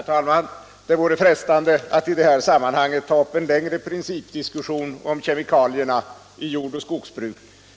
Herr talman! Det vore frestande att i det här sammanhanget ta upp en längre principdiskussion om kemikalierna i jordoch skogsbruk,